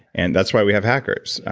and that's why we have hackers.